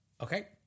okay